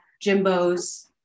Jimbo's